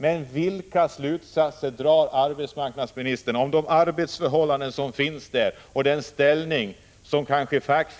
Men vilka slutsatser drar arbetsmarknadsministern av arbetsförhållandena där och fackföreningens ställning då